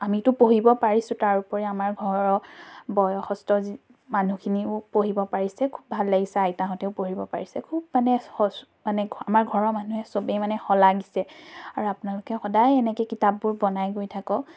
আমিতো পঢ়িব পাৰিছোঁ তাৰ উপৰি আমাৰ ঘৰৰ বয়সস্থ যি মানুহখিনিও পঢ়িব পাৰিছে খুব ভাল লাগিছে আইতাহঁতেও পঢ়িব পাৰিছে খুব মানে মানে আমাৰ ঘৰৰ মানুহে চবেই মানে শলাগিছে আৰু আপোনালোকেও সদায় এনেকৈ কিতাপবোৰ বনাই গৈ থাকক